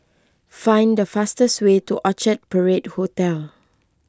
find the fastest way to Orchard Parade Hotel